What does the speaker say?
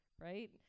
right